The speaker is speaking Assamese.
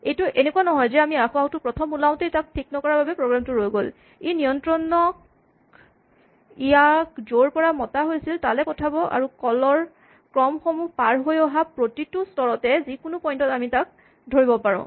এইটো এনেকুৱা নহয় যে আসোঁৱাহটো প্ৰথম ওলাওতেতেই তাক ঠিক নকৰা বাবে প্ৰগ্ৰেমটো ৰৈ গল ই নিয়ন্ত্ৰণক ইয়াক য'ৰ পৰা মতা গৈছিল তালে পঠাব আৰু কল ৰ ক্ৰমসমূহ পাৰ হৈ অহা প্ৰতিটো স্তৰতে যিকোনো পইন্ট ত আমি তাক ধৰিব পাৰোঁ